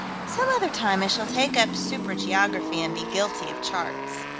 some other time i shall take up super-geography, and be guilty of charts.